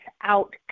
out